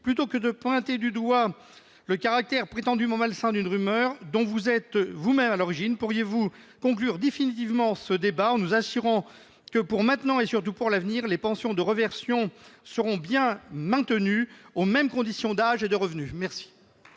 plutôt que de pointer du doigt le caractère prétendument malsain d'une rumeur dont vous êtes vous-même à l'origine, pourriez-vous conclure définitivement ce débat en nous assurant que, pour maintenant et surtout pour l'avenir, les pensions de réversion seront bien maintenues, aux mêmes conditions d'âge et de revenus ? La